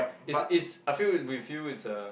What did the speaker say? is is I feel is with you it's a